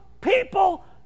people